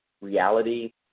reality